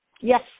Yes